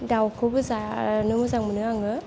दावखौबो जानो मोजां मोनो आङो